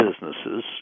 businesses